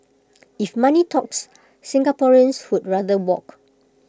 if money talks Singaporeans would rather walk